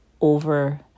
over